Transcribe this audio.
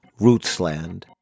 Rootsland